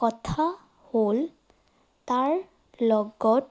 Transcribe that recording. কথা হ'ল তাৰ লগত